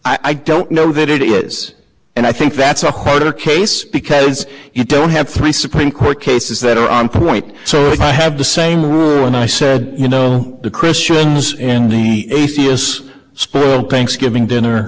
i don't know that it is and i think that's a harder case because you don't have three supreme court cases that are on point so i have the same one i said you know the christians and the atheists spoke of thanksgiving dinner